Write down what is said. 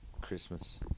Christmas